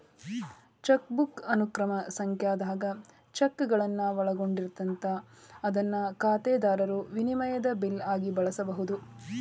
chequebook ಅನುಕ್ರಮ ಸಂಖ್ಯಾದಾಗ ಚೆಕ್ಗಳನ್ನ ಒಳಗೊಂಡಿರ್ತದ ಅದನ್ನ ಖಾತೆದಾರರು ವಿನಿಮಯದ ಬಿಲ್ ಆಗಿ ಬಳಸಬಹುದು